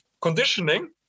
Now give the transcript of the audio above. conditioning